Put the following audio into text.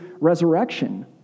resurrection